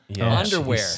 underwear